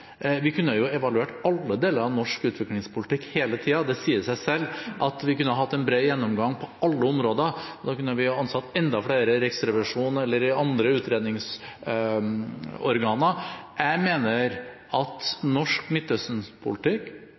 Vi kunne jo evaluert alle deler av norsk utviklingspolitikk hele tiden. Det sier seg selv at vi kunne hatt en bred gjennomgang på alle områder. Da kunne vi jo ansatt enda flere i Riksrevisjonen eller i andre utredningsorganer. Jeg mener at norsk